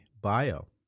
bio